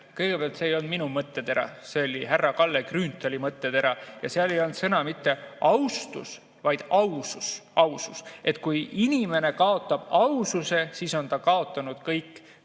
Kõigepealt, see ei olnud minu mõttetera, see oli härra Kalle Grünthali mõttetera. Ja seal ei olnud sõna mitte "austus", vaid "ausus". Ausus. Kui inimene kaotab aususe, siis on ta kaotanud kõik.